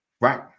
right